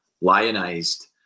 Lionized